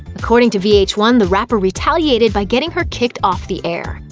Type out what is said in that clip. according to v h one, the rapper retaliated by getting her kicked off the air.